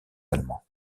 allemands